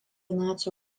nacių